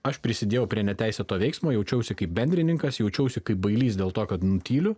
aš prisidėjau prie neteisėto veiksmo jaučiausi kaip bendrininkas jaučiausi kaip bailys dėl to kad nutyliu